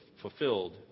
fulfilled